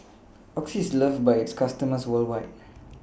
Oxy IS loved By its customers worldwide